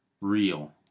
real